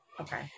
Okay